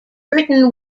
britain